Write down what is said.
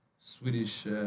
Swedish